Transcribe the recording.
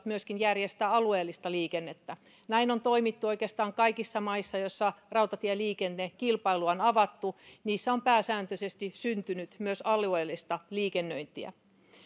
myöskin järjestää alueellista liikennettä näin on toimittu oikeastaan kaikissa maissa joissa rautatieliikennekilpailu on avattu niissä on pääsääntöisesti syntynyt myös alueellista liikennöintiä